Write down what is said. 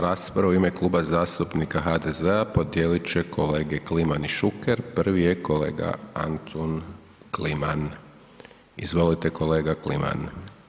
Raspravu u ime Kluba zastupnika HDZ-a podijelit će kolege Kliman i Šuker, prvi je kolega Antun Kliman, izvolite kolega Kliman.